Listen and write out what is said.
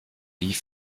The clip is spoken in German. wie